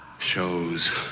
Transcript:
Shows